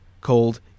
called